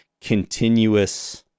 continuous